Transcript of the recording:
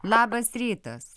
labas rytas